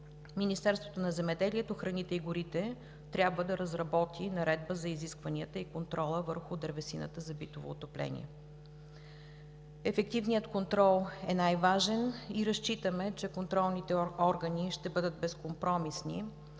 Министерството на земеделието, храните и горите трябва да разработи Наредба за изискванията и контрола върху дървесината за битово отопление. Ефективният контрол е най-важен и разчитаме, че контролните органи ще бъдат безкомпромисни,